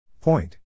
Point